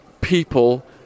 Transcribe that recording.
people